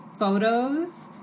photos